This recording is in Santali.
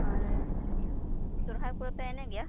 ᱟᱨ ᱥᱚᱦᱨᱟᱭ ᱠᱚᱫᱚ ᱯᱮ ᱮᱱᱮᱡ ᱜᱮᱭᱟ